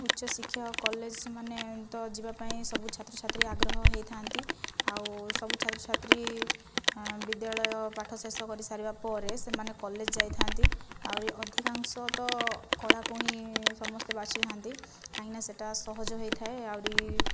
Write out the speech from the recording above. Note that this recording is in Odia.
ଉଚ୍ଚଶିକ୍ଷା ଓ କଲେଜମାନେ ତ ଯିବାପାଇଁ ସବୁ ଛାତ୍ରଛାତ୍ରୀ ଆଗ୍ରହ ହୋଇଥାନ୍ତି ଆଉ ସବୁ ଛାତ୍ରଛାତ୍ରୀ ବିଦ୍ୟାଳୟ ପାଠ ଶେଷ କରିସାରିବା ପରେ ସେମାନେ କଲେଜ ଯାଇଥାନ୍ତି ଆହୁରି ଅଧିକାଂଶ ତ କଳାକୁ ହିଁ ସମସ୍ତେ ବାଛିଥାନ୍ତି କାହିଁକିନା ସେଇଟା ସହଜ ହୋଇଥାଏ ଆହୁରି